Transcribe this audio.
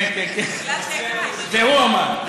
זה הוא אמר.